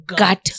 gut